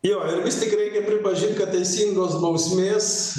jo ir vis tik reikia pripažint kad teisingos bausmės